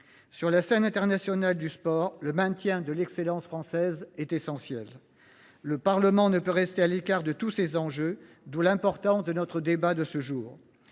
Sur la scène internationale du sport, le maintien de l’excellence française est essentiel. Le Parlement ne peut rester à l’écart de tous ces enjeux, d’où l’importance de notre débat de ce jour.